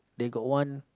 then got one